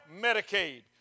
Medicaid